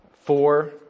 four